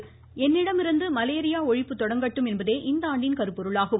என்னிடமிருந்து மலேரியா ஒழிப்பு தொடங்கட்டும் என்பதே இந்தாண்டின் கருப்பொருளாகும்